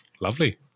lovely